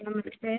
नमस्ते